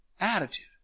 attitude